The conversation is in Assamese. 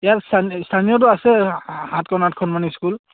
ইয়াৰ স্থানীয়টো আছে সাতখন আঠখনমান স্কুল